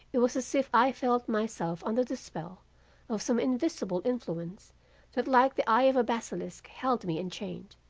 it was as if i felt myself under the spell of some invisible influence that like the eye of a basilisk, held me enchained.